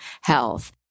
Health